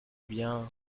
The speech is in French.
bien